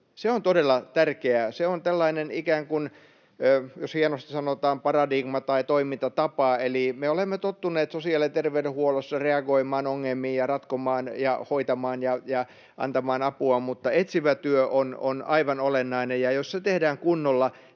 työ on todella tärkeää. Se on tällainen ikään kuin, jos hienosti sanotaan, paradigma tai toimintatapa. Me olemme tottuneet sosiaali- ja terveydenhuollossa reagoimaan ongelmiin ja ratkomaan ja hoitamaan ja antamaan apua, mutta etsivä työ on aivan olennainen, ja jos se tehdään kunnolla,